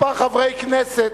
כמה חברי כנסת,